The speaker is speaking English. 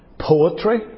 poetry